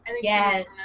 Yes